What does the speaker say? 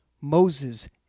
Moses